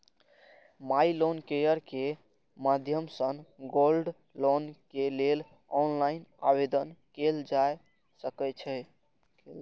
माइ loan care के माध्यम सं गोल्ड लोन के लेल ऑनलाइन आवेदन कैल जा सकै छै